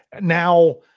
Now